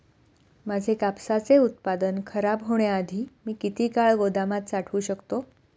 माझे कापसाचे उत्पादन खराब होण्याआधी मी किती काळ गोदामात साठवू शकतो?